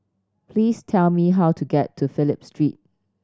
please tell me how to get to Phillip Street